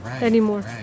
anymore